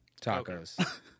tacos